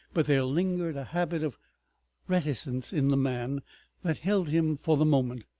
but there lingered a habit of reticence in the man that held him for the moment.